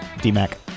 D-Mac